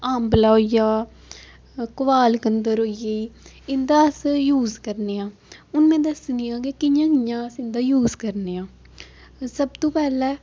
आबंला होई गेआ कबालगदंल होई गेई इंदा अस यूज करने आं हून में दस्सनी आं के कि'यां कि'यां अस इंदा यूज करने आं सब तु पैह्ला